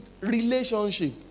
relationship